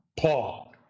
Paul